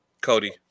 Cody